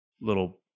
little